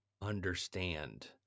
understand